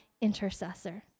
intercessor